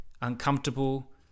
uncomfortable